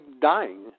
dying